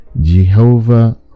Jehovah